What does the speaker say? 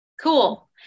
cool